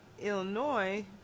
Illinois